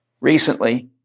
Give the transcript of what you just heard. recently